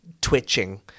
twitching